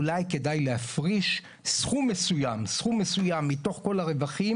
אולי כדאי להפריש סכום מסוים מתוך כל הרווחים